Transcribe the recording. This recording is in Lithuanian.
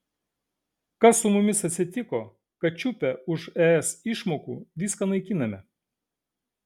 kas su mumis atsitiko kad čiupę už es išmokų viską naikiname